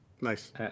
nice